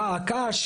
דא עקא,